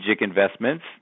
investments